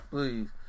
Please